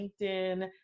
LinkedIn